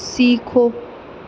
سیکھو